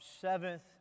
seventh